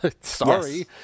sorry